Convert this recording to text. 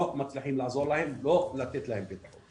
לא מצליחים לעזור להם, לא לתת להם פתרון.